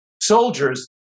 soldiers